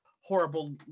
horrible